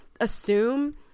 assume